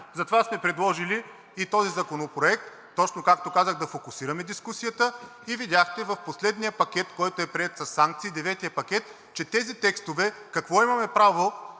Затова сме предложили и този законопроект, точно както казах, да фокусираме дискусията и видяхте в последния пакет, който е приет със санкции – деветият пакет, че тези текстове, какво имаме право